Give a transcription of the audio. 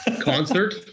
Concert